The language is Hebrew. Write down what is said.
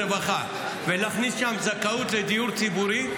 רווחה ולהכניס שם זכאות לדיור ציבורי,